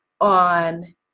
on